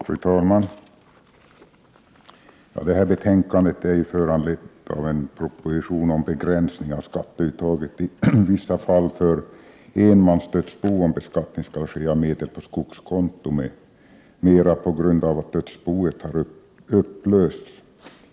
Fru talman! Detta betänkande är föranlett av en proposition om begränsning av skatteuttaget i vissa fall för enmansdödsbo, om beskattning skall ske av medel på skogskonto m.m. på grund av att dödsboet har upplösts.